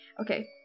okay